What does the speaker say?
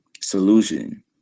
solution